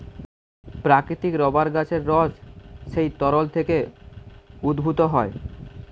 প্রাকৃতিক রাবার গাছের রস সেই তরল থেকে উদ্ভূত হয়